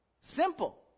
Simple